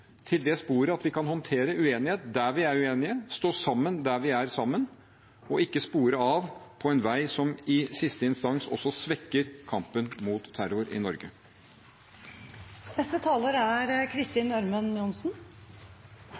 til det sporet der vi kan håndtere uenighet der vi er uenige, og stå sammen der vi er enige, og ikke spore av på en vei som i siste instans også svekker kampen mot terror i Norge. Hensikten med denne saken er